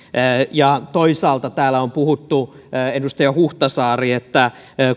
toisaalta täällä on puhuttu edustaja huhtasaari että